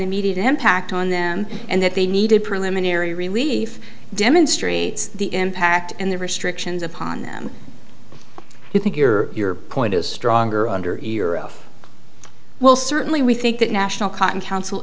immediate impact on them and that they needed preliminary relief demonstrates the impact and the restrictions upon them you think your point is stronger under era well certainly we think that national cotton council